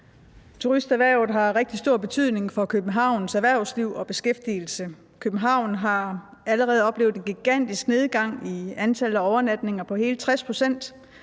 Turisterhvervet har rigtig stor betydning for Københavns erhvervsliv og beskæftigelse. København har allerede oplevet en gigantisk nedgang i antallet af overnatninger på hele 60 pct.,